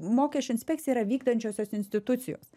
mokesčių inspekcija yra vykdančiosios institucijos